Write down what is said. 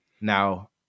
Now